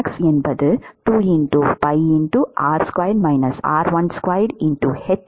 2 piR2 -r12 h